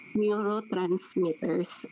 neurotransmitters